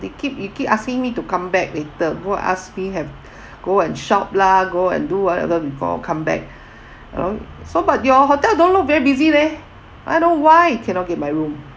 they keep he keep asking me to come back later go ask me have go and shop lah go and do whatever before comeback you know so but your hotel don't look very busy leh I don't know why cannot get my room